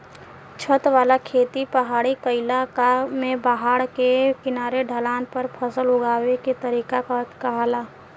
छत वाला खेती पहाड़ी क्इलाका में पहाड़ के किनारे ढलान पर फसल उगावे के तरीका के कहाला